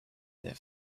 their